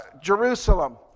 Jerusalem